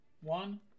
One